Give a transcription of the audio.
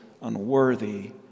unworthy